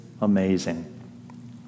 amazing